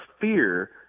fear